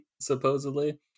supposedly